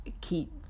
keep